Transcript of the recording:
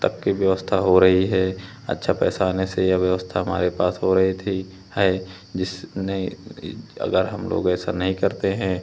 तक की व्यवस्था हो रही है अच्छा पैसा आने से या व्यवस्था हमारे पास हो रही थी है जिसने अगर हम लोग ऐसा नहीं करते हैं